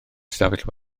ystafell